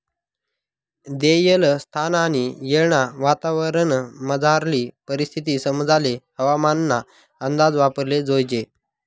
देयेल स्थान आणि येळना वातावरणमझारली परिस्थिती समजाले हवामानना अंदाज वापराले जोयजे